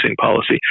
policy